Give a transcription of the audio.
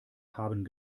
haben